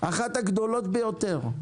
אחת הגדולות ביותר,